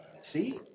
See